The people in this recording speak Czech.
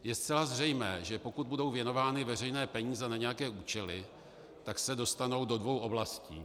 Je zcela zřejmé, že pokud budou věnovány veřejné peníze na nějaké účely, tak se dostanou do dvou oblastí.